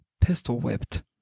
pistol-whipped